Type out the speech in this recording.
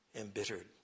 embittered